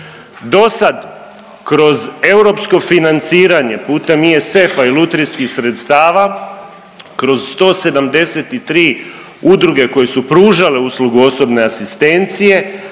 Dosad kroz europsko financiranje putem ISF-a i lutrijskih sredstava, kroz 173 udruge koje su pružale uslugu osobne asistencije